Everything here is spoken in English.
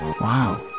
Wow